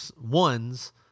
ones